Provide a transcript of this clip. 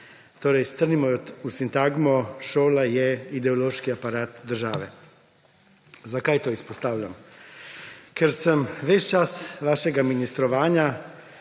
Torej, strnimo jo v sintagmo, šola je ideološki aparat države. Zakaj to izpostavljam? Ker sem ves čas vašega ministrovanja